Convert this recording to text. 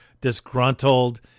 disgruntled